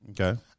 Okay